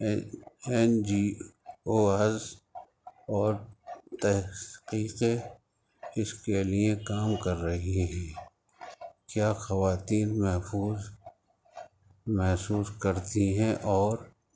N G Os اور تحقیقیں اس کے لیے کام کر رہی ہیں کیا خواتین محفوظ محسوس کرتی ہیں اور